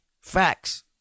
Facts